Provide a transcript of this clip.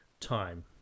Time